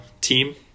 team